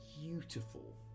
beautiful